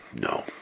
No